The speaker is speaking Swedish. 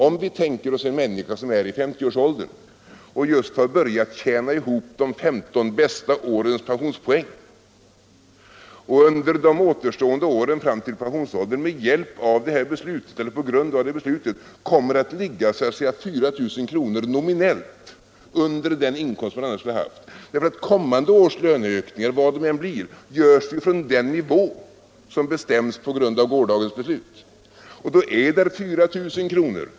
Om vi tänker oss en människa som är i 50-årsåldern och just har börjat tjäna ihop de 15 bästa årens pensionspoäng, så finner vi att han under de återstående åren på grund av det här beslutet kommer att ligga 4 000 kr. nominellt under den inkomst som han annars skulle ha haft. Kommande års löneökningar, vilka de än blir, görs ju från den nivå som bestäms på grundval av gårdagens beslut, och då är där 4 000 kr.